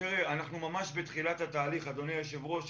אנחנו ממש בתחילת התהליך, אדוני היושב-ראש.